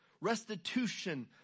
restitution